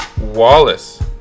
Wallace